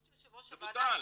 זה בוטל.